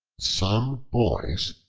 some boys,